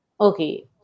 okay